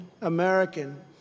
American